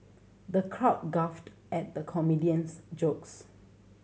the crowd guffawed at the comedian's jokes